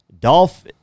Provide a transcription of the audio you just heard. Dolph